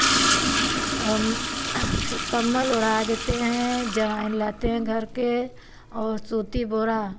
और कम कम्बल ओढ़ा देते हैं ज्वाइन लाते हैं घर के और सोती बोरा